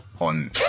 on